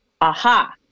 aha